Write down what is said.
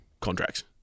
contracts